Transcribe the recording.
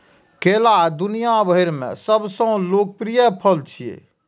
केला दुनिया भरि मे सबसं लोकप्रिय फल छियै